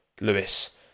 Lewis